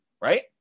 right